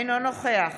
אינו נוכח